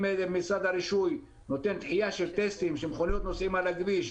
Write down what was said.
אם משרד הרישוי נותן דחייה של טסטים על מכוניות ונוסעים על הכביש,